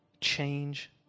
change